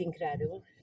incredible